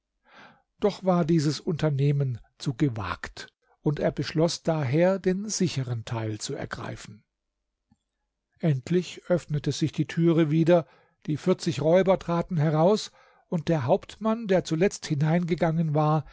doch war dieses unternehmen zu gewagt und er beschloß daher den sicheren teil zu ergreifen endlich öffnete sich die türe wieder die vierzig räuber traten heraus und der hauptmann der zuletzt hineingegangen war